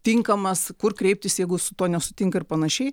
tinkamas kur kreiptis jeigu su tuo nesutinka ir panašiai